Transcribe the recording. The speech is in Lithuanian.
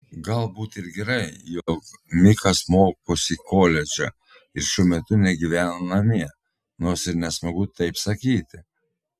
galbūt ir gerai jog mikas mokosi koledže ir šuo metu negyvena namie nors ir nesmagu taip sakyti